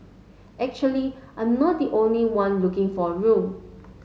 actually I'm not the only one looking for a room